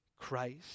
Christ